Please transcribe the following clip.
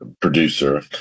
producer